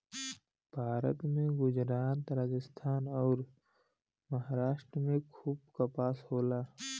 भारत में गुजरात, राजस्थान अउर, महाराष्ट्र में खूब कपास होला